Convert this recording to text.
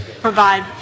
provide